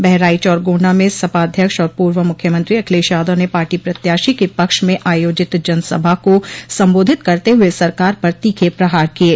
बहराइच और गोंडा में सपा अध्यक्ष और पूर्व मुख्यमंत्री अखिलेश यादव ने पार्टी प्रत्याशी के पक्ष में आयोजित जनसभा को संबोधित करते हुए सरकार पर तीखे प्रहार किये